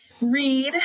read